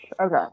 okay